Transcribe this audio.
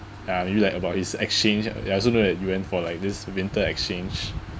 uh maybe like about his exchange I also know that you went for like this winter exchange